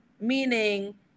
meaning